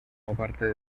parte